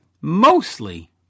mostly